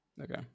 Okay